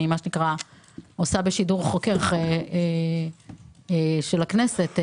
אני עושה "בשידור חוקר" של הכנסת.